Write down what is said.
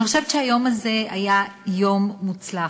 אני חושבת שהיום הזה היה יום מוצלח.